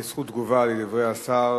זכות תגובה לדברי השר